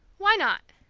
why not?